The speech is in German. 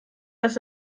als